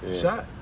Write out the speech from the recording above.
shot